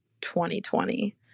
2020